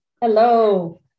Hello